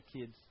kids